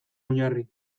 oinarri